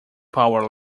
power